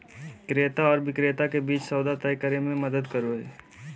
क्रेता आर विक्रेता के बीच सौदा तय करे में मदद करो हइ